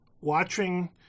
Watching